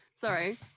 Sorry